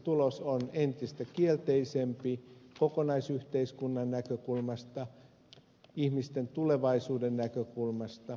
lopputulos on entistä kielteisempi kokonaisyhteiskunnan näkökulmasta ihmisten tulevaisuuden näkökulmasta